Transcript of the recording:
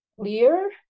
clear